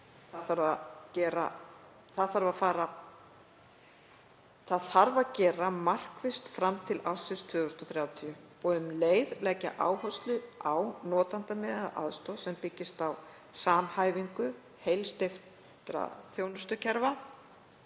Það þarf að gera markvisst fram til ársins 2030 og um leið leggja áherslu á notendamiðaða aðstoð sem byggist á samhæfingu heilsteyptra þjónustukerfa